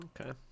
okay